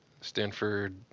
Stanford